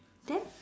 then